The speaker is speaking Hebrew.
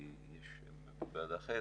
כי יש ועדה אחרת,